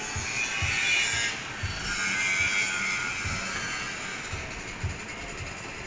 இல்ல:illa and they say even they they say you can never you should never